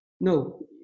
No